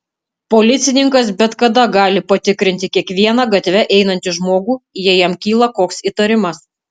policininkas bet kada gali patikrinti kiekvieną gatve einantį žmogų jei jam kyla koks įtarimas